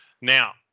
now